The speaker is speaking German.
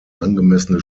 angemessene